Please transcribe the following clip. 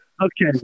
Okay